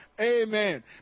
Amen